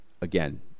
again